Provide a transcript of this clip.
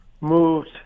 moved